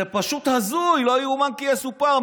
זה פשוט הזוי, לא יאומן כי יסופר.